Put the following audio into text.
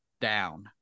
down